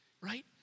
right